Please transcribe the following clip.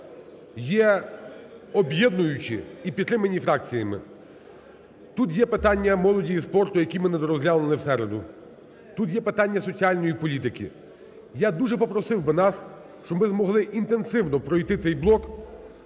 є об'єднуючі і підтримані фракціями. Тут є питання молоді і спорту, які ми не розглянули в середу. Тут є питання соціальної політики. Я дуже попросив би нас, щоб ми змогли інтенсивно пройти цей блок.